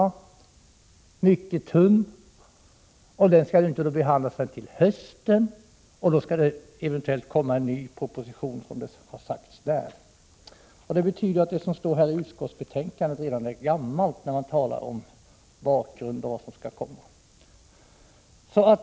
Den är mycket tunn, och den skall inte behandlas förrän till hösten, och då skall regeringen eventuellt lägga fram en ny proposition har det sagts. Det betyder att det som står i utskottsbetänkandet redan är gammalt när man talar om bakgrund och om vad som skall komma.